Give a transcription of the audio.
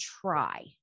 try